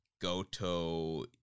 Goto